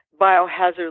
biohazard